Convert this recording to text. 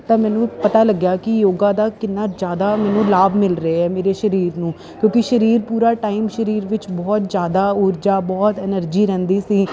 ਤਾਂ ਮੈਨੂੰ ਪਤਾ ਲੱਗਿਆ ਕਿ ਯੋਗਾ ਦਾ ਕਿੰਨਾ ਜ਼ਿਆਦਾ ਮੈਨੂੰ ਲਾਭ ਮਿਲ ਰਿਹਾ ਮੇਰੇ ਸਰੀਰ ਨੂੰ ਕਿਉਂਕਿ ਸਰੀਰ ਪੂਰਾ ਟਾਈਮ ਸਰੀਰ ਵਿੱਚ ਬਹੁਤ ਜ਼ਿਆਦਾ ਊਰਜਾ ਬਹੁਤ ਐਨਰਜੀ ਰਹਿੰਦੀ ਸੀ